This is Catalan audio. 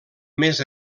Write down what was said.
més